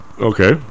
Okay